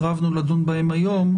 סירבנו לדון בהן היום,